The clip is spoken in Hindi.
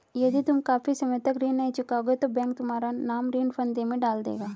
यदि तुम काफी समय तक ऋण नहीं चुकाओगे तो बैंक तुम्हारा नाम ऋण फंदे में डाल देगा